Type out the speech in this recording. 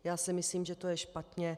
Já si myslím, že to je špatně.